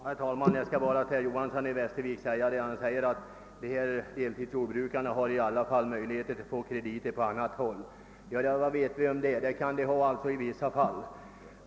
Herr talman! Herr Johanson i Västervik sade, att dessa deltidsjordbrukare i alla fall har möjlighet att få krediter på annat håll. Ja, vad vet vi om det? Det kanske de kan få i vissa fall.